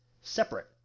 separate